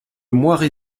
moiré